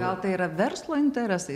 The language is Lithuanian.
gal tai yra verslo interesai